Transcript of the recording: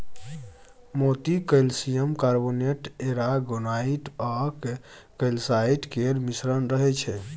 मोती calcium carbonate, aragonite आ calcite केर मिश्रण रहय छै